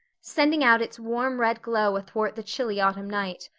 sending out its warm red glow athwart the chilly autumn night.